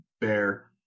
bear